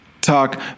talk